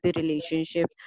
relationship